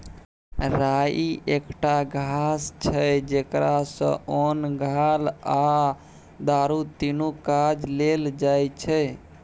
राइ एकटा घास छै जकरा सँ ओन, घाल आ दारु तीनु काज लेल जाइ छै